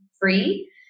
free